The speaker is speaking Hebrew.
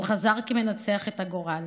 הוא חזר כמנצח את הגורל.